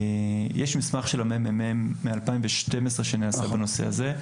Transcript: יש מסמך של ה-ממ"מ מ-2012 שנערך בנושא הזה,